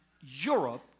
Europe